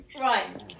right